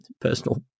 personal